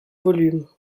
volume